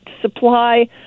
supply